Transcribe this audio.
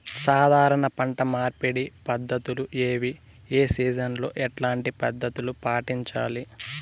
సాధారణ పంట మార్పిడి పద్ధతులు ఏవి? ఏ సీజన్ లో ఎట్లాంటి పద్ధతులు పాటించాలి?